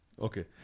Okay